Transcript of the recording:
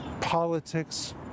Politics